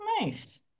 Nice